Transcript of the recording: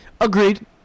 Agreed